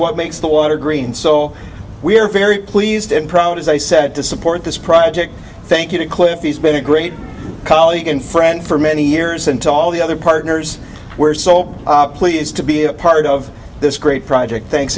what makes the water green so we are very pleased and proud as i said to support this project thank you to cliff he's been a great colleague and friend for many years and to all the other partners we're so pleased to be a part of this great project thanks